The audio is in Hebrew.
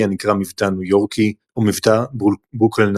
הנקרא מבטא ניו יורקי או "מבטא ברוקלינאי".